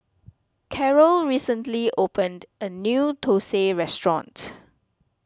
Carrol recently opened a new Thosai restaurant